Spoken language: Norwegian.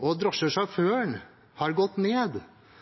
og drosjesjåføren har gått ned.